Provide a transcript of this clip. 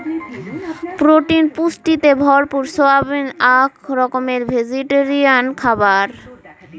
protein পুষ্টিতে ভরপুর soybean আক রকমের ভেজিটেরিয়ান খাবার